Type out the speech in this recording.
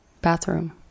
bathroom